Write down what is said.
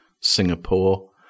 Singapore